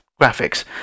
graphics